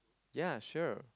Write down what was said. ya sure